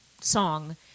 song